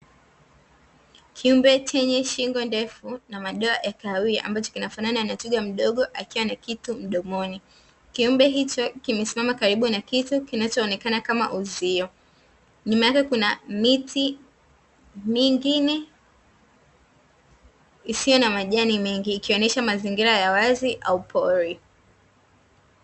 Kiumbe chenye shingo ndefu na madoa ya kahawia, ambacho kinafanana na twiga mdogo akiwa na kitu mdomoni. Kiumbe hicho kimesimama karibu na kitu kinachoonekana kama uzio, nyuma yake kuna miti mingine isiyo na majani mengi ikionyesha mazingira ya wazi au pori.